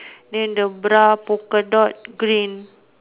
then the bra polka dot green